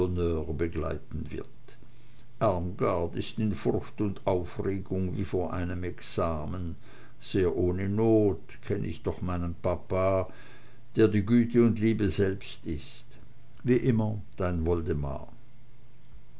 begleiten wird armgard ist in furcht und aufregung wie vor einem examen sehr ohne not kenn ich doch meinen papa der die güte und liebe selbst ist wie immer dein